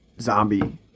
zombie